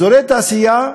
אזורי תעשייה,